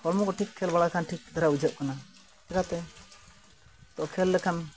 ᱦᱚᱲᱢᱚ ᱠᱚ ᱴᱷᱤᱠ ᱠᱷᱮᱞ ᱵᱟᱲᱟᱭ ᱠᱷᱟᱱ ᱴᱷᱤᱠ ᱫᱷᱟᱨᱟ ᱵᱩᱡᱷᱟᱹᱜ ᱠᱟᱱᱟ ᱪᱤᱠᱟᱹᱛᱮ ᱛᱚ ᱠᱷᱮᱞ ᱞᱮᱠᱷᱟᱱ